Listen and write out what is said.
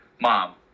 mom